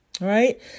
Right